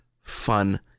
fun